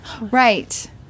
Right